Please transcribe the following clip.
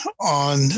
on